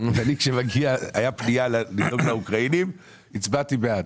הייתה פנייה לגבי האוקראינים ואני הצבעתי בעד.